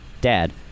Dad